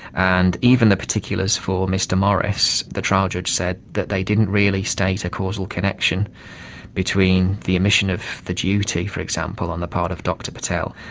and even the particulars for mr morris, the trial judge said that they didn't really state a causal connection between the omission of the duty, for example, on the part of dr patel,